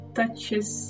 touches